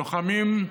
לוחמים,